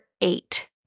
eight